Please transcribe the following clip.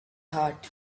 heart